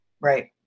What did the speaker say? right